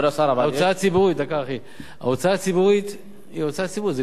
ההוצאה הציבורית היא הוצאה ציבורית.